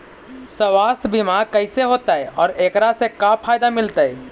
सवासथ बिमा कैसे होतै, और एकरा से का फायदा मिलतै?